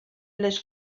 les